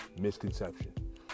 misconception